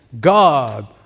God